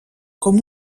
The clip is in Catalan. com